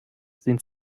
sind